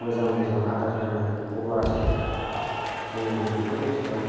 मोजां मोजां आदार होनांगोन अब्लासो जोङो बेफोरनि सायाव